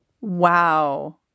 Wow